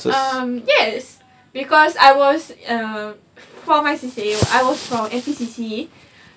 um yes because I was um for my C_C_A I was from N_P_C_C